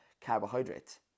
carbohydrates